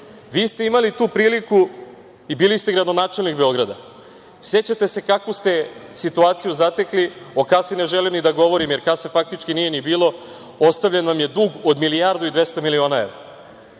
ste imali i tu priliku i bili ste gradonačelnik Beograda, sećate se kakvu ste situaciju zatekli, o kasi i ne želim da govorim, jer kase faktički nije ni bilo, ostavljen vam je dug od milijardu i 200 miliona evra.